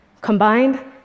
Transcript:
Combined